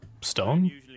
stone